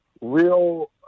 real